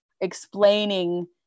explaining